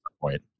point